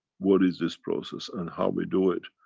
what is this process and how we do it?